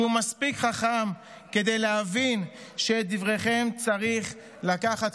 שהוא מספיק חכם כדי להבין שאת דבריכם צריך לקחת,